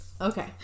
Okay